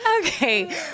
Okay